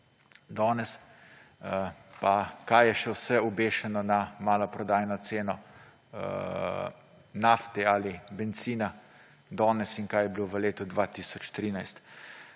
danes, pa kaj je še se obešeno na maloprodajno ceno nafte ali bencina danes in kaj je bilo v letu 2013.